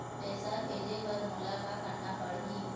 पैसा भेजे बर मोला का करना पड़ही?